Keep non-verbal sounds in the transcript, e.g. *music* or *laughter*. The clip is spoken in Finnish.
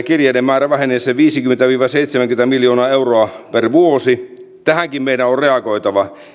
*unintelligible* kirjeiden määrä vähenee sen viisikymmentä viiva seitsemänkymmentä miljoonaa euroa per vuosi tähänkin meidän on reagoitava